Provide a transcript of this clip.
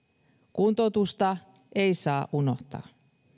kuntoutusta ei saa unohtaa